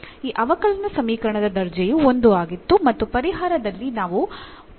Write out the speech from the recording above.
ಈ ಅವಕಲನ ಸಮೀಕರಣದ ದರ್ಜೆಯು 1 ಆಗಿತ್ತು ಮತ್ತು ಪರಿಹಾರದಲ್ಲಿ ನಾವು 1 ಅನಿಯಂತ್ರಿತ ಸ್ಥಿರಾಂಕವನ್ನು ಹೊಂದಿದ್ದೇವೆ